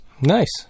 Nice